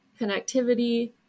connectivity